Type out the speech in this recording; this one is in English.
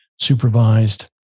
supervised